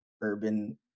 urban